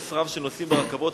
ועומס רב של נוסעים ברכבות,